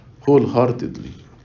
wholeheartedly